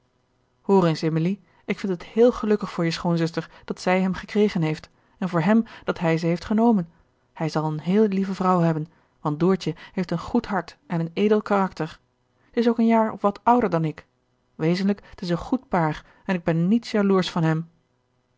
eens emilie ik vind het heel gelukkig voor je gerard keller het testament van mevrouw de tonnette schoonzuster dat zij hem gekregen heeft en voor hem dat hij ze heeft genomen hij zal een heel lieve vrouw hebben want doortje heeft een goed hart en een edel karakter zij is ook een jaar of wat ouder dan ik wezenlijk t is een goed paar en ik ben niets jaloersch van hem